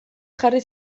jarri